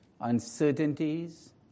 uncertainties